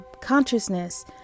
consciousness